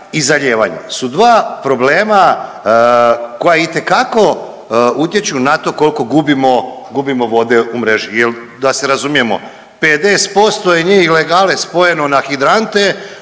i zalijevanje su dva problema koja itekako utječu na to koliko gubimo vode u mreži. Jer da se razumijemo 50% je njih ilegale spojeno na hidrante,